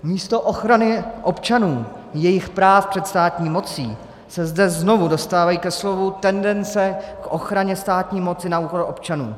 Místo ochrany občanů, jejich práv před státní mocí se zde znovu dostávají ke slovu tendence k ochraně státní moci na úkor občanů.